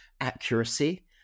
accuracy